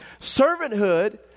Servanthood